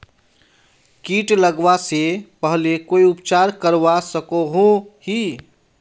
किट लगवा से पहले कोई उपचार करवा सकोहो ही?